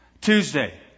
Tuesday